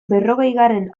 berrogeigarren